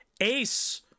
Ace